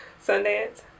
Sundance